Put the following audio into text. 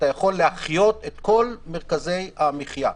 אפשר להחיות את כל מרכזי המחיה.